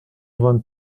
vingt